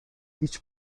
هیچ